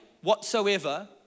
whatsoever